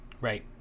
Right